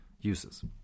uses